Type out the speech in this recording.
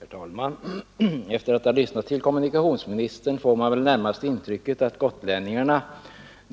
Herr talman! När man lyssnar till kommunikationsministern får man närmast ett intryck av att gotlänningarna